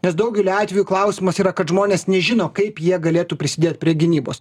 nes daugeliu atveju klausimas yra kad žmonės nežino kaip jie galėtų prisidėt prie gynybos